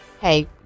Hey